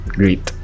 great